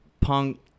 punk